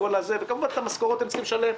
וכמובן שאת המשכורות הם צריכים לשלם,